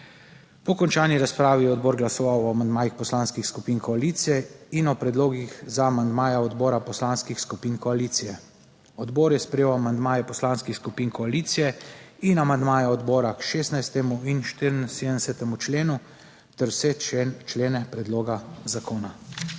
Po končani razpravi je odbor glasoval o amandmajih poslanskih skupin koalicije in o predlogih za amandmaje odbora poslanskih skupin koalicije. Odbor je sprejel amandmaje poslanskih skupin koalicije in amandmaje odbora k 16. in 74. členu ter vse člene predloga zakona.